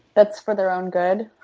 that's for their own good?